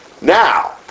Now